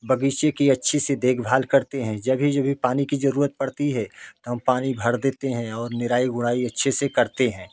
बगीचे की अच्छे से देखभाल करते हैं जगह जगह पानी की जरूरत पड़ती हैं तो हम पानी भर देते है और निराई गोड़ाई अच्छे से करते हैं